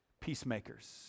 peacemakers